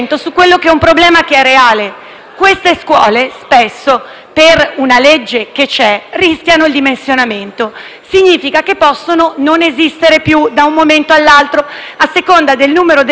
queste scuole spesso, sulla base della legge vigente, rischiano il dimensionamento. Ciò significa che possono non esistere più da un momento all'altro, a seconda del numero degli alunni, che possono diminuire.